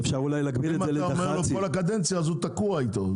אם אתה אומר לו כל הקדנציה, אז הוא תקוע איתו.